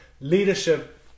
leadership